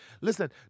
Listen